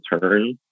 turn